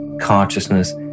consciousness